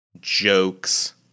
jokes